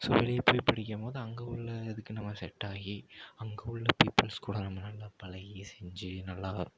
so வெளியே போய் படிக்கும்போது அங்கே உள்ள இதுக்கு நம்ம செட்டாகி அங்கே உள்ள பீப்பிள்ஸ் கூட நம்ம நல்லா பழகி செஞ்சு நல்லாதான்